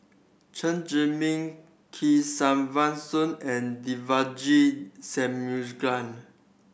Chen Zhiming Kesavan Soon and Devagi Sanmugam